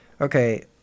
Okay